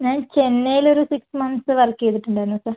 ഞാൻ ചെന്നൈയിൽ ഒരു സിക്സ് മന്ത്സ് വർക്ക് ചെയ്തിട്ട് ഉണ്ടായിരുന്നു സാർ